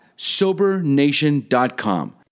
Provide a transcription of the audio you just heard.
SoberNation.com